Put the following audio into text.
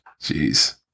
Jeez